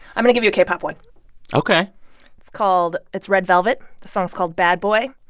i'm going give you a k-pop one ok it's called it's red velvet. the song is called bad boy.